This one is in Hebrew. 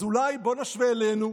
אז אולי, בואו נשווה אלינו.